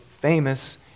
famous